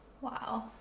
Wow